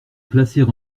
placer